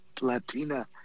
latina